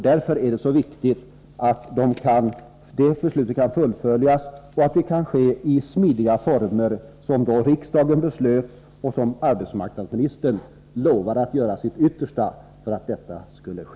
Därför är det viktigt att beslutet kan fullföljas och genomförandet ske i smidiga former, så som riksdagen beslutat och arbetsmarknadsministern lovat att göra sitt yttersta för att åstadkomma.